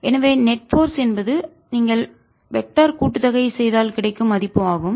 எனவே net force நிகர விசை என்பது நீங்கள் வெக்டர் திசையன் கூட்டுத்தொகை செய்தால் கிடைக்கும் மதிப்பு ஆகும்